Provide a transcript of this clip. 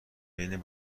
بین